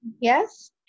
Yes